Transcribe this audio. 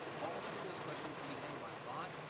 all three of those questions can be handled by a bot.